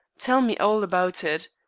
tell me all about it.